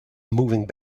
moving